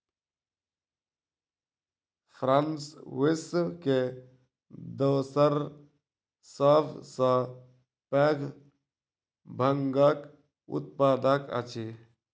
France विश्व के दोसर सभ सॅ पैघ भांगक उत्पादक अछि